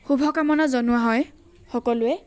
শুভকামনা জনোৱা হয় সকলোৱে